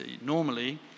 Normally